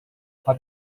far